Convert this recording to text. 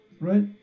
Right